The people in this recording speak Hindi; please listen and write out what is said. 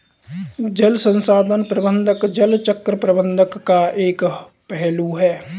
जल संसाधन प्रबंधन जल चक्र प्रबंधन का एक पहलू है